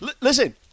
Listen